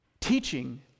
teaching